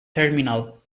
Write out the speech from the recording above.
terminal